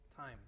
time